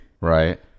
Right